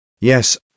Yes